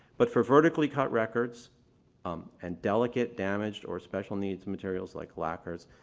but for vertically cut records um and delicate, damaged or special needs materials like lacquers,